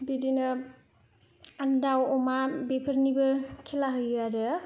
बिदिनो दाउ अमा बेफोरनिबो खेला होयो आरो